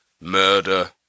murder